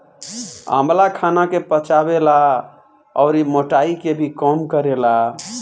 आंवला खाना के पचावे ला अउरी मोटाइ के भी कम करेला